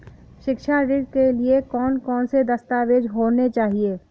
शिक्षा ऋण के लिए कौन कौन से दस्तावेज होने चाहिए?